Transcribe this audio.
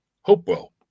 Hopewell